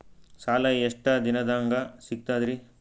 ಸಾಲಾ ಎಷ್ಟ ದಿಂನದಾಗ ಸಿಗ್ತದ್ರಿ?